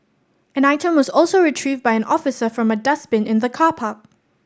an item was also retrieved by an officer from a dustbin in the car park